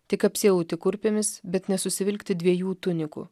tik apsiauti kurpėmis bet nesusivilkti dviejų tunikų